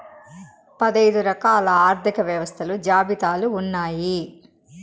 పదైదు రకాల ఆర్థిక వ్యవస్థలు జాబితాలు ఉన్నాయి